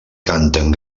canten